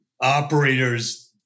operators